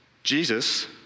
Jesus